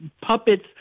puppets